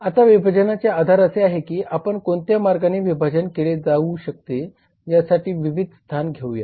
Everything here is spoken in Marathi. आता विभाजनाचे आधार असे आहे की आपण कोणत्या मार्गाने विभाजन केले जाऊ शकते यासाठी विविध स्थान घेऊया